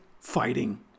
fighting